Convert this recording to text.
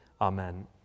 Amen